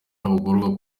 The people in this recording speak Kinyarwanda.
n’abagororwa